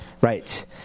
right